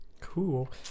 Cool